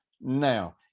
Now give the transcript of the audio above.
now